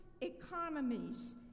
economies